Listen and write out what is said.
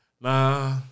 Nah